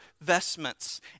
vestments